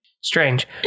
Strange